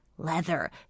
Leather